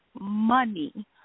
money